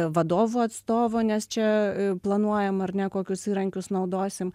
vadovų atstovų nes čia planuojam ar ne kokius įrankius naudosim